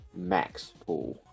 MAXPOOL